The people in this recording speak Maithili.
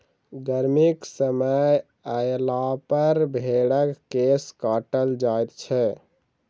गर्मीक समय अयलापर भेंड़क केश काटल जाइत छै